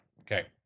Okay